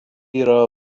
yra